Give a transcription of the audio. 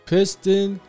Piston